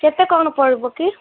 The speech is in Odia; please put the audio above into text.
କେତେ କ'ଣ ପଡ଼ିବ କି